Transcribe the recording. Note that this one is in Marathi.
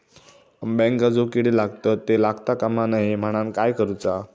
अंब्यांका जो किडे लागतत ते लागता कमा नये म्हनाण काय करूचा?